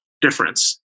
difference